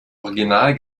original